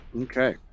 okay